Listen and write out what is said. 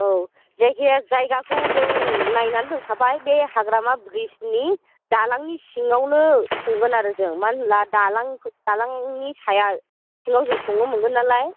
औ जायखिजाया जायगाखौ जों नायनानै दोनखाबाय बे हाग्रामा ब्रिसनि दालांनि सिङावनो संगोन आरो जों मानो होनोब्ला दालां दालांनि साया सिङाव जों संनो मोनगोन नालाय